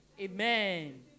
Amen